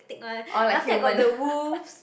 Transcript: thick one then after that got the wolves